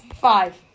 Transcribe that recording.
Five